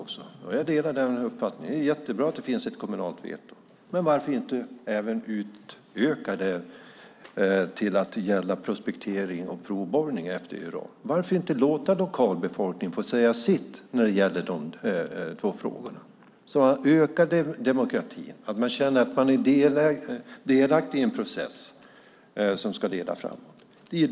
Jag delar uppfattningen att det är bra att det finns ett kommunalt veto. Varför inte även utöka det till att gälla prospektering och provborrning efter uran? Varför inte låta lokalbefolkningen få säga sitt när det gäller de två frågorna, att öka demokratin, känna delaktighet i en process som ska leda framåt?